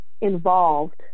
involved